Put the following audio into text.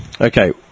okay